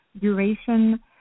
duration